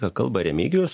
ką kalba remigijus